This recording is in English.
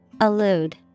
Allude